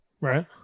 right